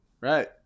Right